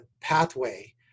pathway